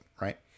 right